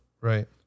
Right